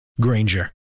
Granger